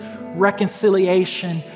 reconciliation